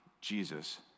Jesus